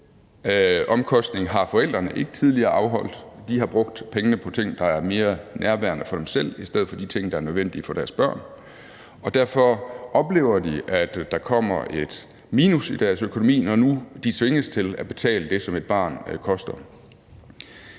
omkostning har forældrene ikke tidligere afholdt. De har brugt pengene på ting, der var mere nærværende for dem selv, i stedet for på de ting, der var unødvendige for deres børn, og derfor oplever de, at der nu kommer et minus i deres økonomi, når nu de tvinges til at betale det, som et barn koster.